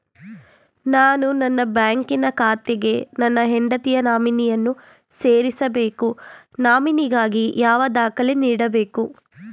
ನಾನು ನನ್ನ ಬ್ಯಾಂಕಿನ ಖಾತೆಗೆ ನನ್ನ ಹೆಂಡತಿಯ ನಾಮಿನಿಯನ್ನು ಸೇರಿಸಬೇಕು ನಾಮಿನಿಗಾಗಿ ಯಾವ ದಾಖಲೆ ನೀಡಬೇಕು?